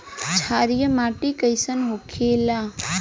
क्षारीय मिट्टी कइसन होखेला?